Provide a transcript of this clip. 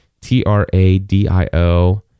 T-R-A-D-I-O